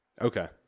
okay